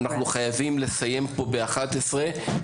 אנחנו חייבים לסיים פה ב-11:00,